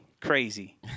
crazy